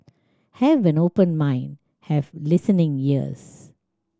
have an open mind have listening ears